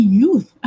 youth